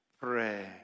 pray